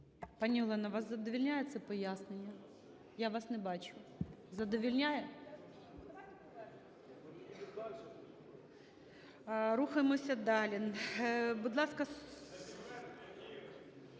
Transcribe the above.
Пані Олена, вас задовольняє це пояснення? Я вас не бачу. Задовольняє? Рахуємося далі.